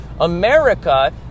America